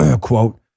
quote